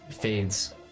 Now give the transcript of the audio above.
fades